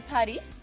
Paris